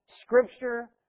Scripture